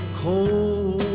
cold